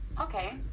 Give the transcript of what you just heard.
okay